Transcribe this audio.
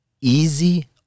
easy